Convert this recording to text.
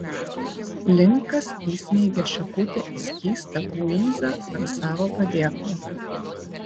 linkas įsmeigė šakutę į skystą buizą ant savo padėklo